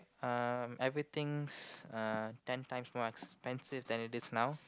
um everything's uh ten times more expensive than it is now